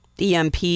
EMP